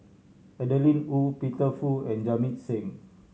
Adeline Ooi Peter Fu and Jamit Singh